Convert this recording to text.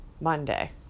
Monday